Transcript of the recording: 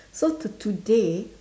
so till today